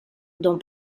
dans